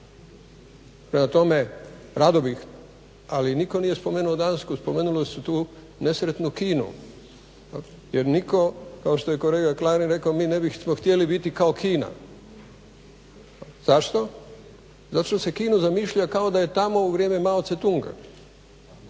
Prema tome, rado bih ali nitko nije spomenuo Dansku, spomenuli su tu nesretnu Kinu. Jer nitko kao što je kolega Klarin rekao mi ne bismo htjeli biti kao Kina. Zašto? Zato što se Kinu zamišlja kao da je tamo u vrijeme Mao Tse-tunga,